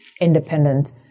independent